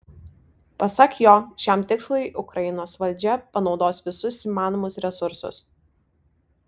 pasak jo šiam tikslui ukrainos valdžia panaudos visus įmanomus resursus